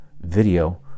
video